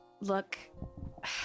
look